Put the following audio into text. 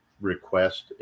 request